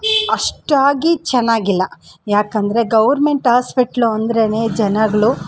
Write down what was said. ಅಷ್ಟಾಗಿ ಚೆನ್ನಾಗಿಲ್ಲ ಏಕೆಂದ್ರೆ ಗೌರ್ಮೆಂಟ್ ಆಸ್ಪೆಟ್ಲು ಅಂದರೇನೇ ಜನಗಳು